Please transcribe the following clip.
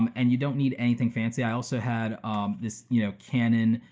um and you don't need anything fancy. i also had this you know canon